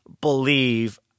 believe